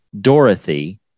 Dorothy